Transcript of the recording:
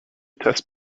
test